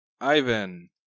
Ivan